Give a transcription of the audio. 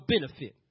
benefit